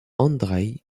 andreï